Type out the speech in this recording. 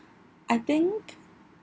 I think